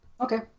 Okay